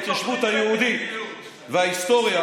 ההתיישבות היהודית וההיסטוריה,